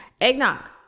eggnog